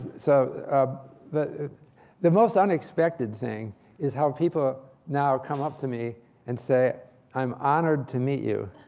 so the the most unexpected thing is how people now come up to me and say i'm honored to meet you.